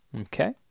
Okay